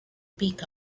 pick